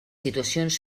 situacions